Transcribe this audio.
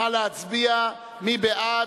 נא להצביע, מי בעד?